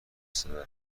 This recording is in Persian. صدا